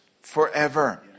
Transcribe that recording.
forever